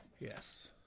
Yes